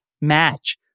match